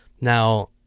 Now